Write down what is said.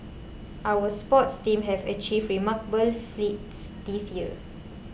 our sports teams have achieved remarkable feats this year